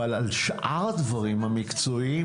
אבל על שאר הדברים המקצועיים,